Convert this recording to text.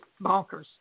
bonkers